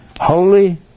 holy